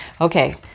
Okay